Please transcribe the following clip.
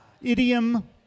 Idiom